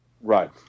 Right